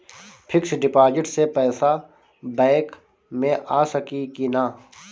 Fix deposit से पैसा bank मे आ सकी कि ना?